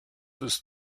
ist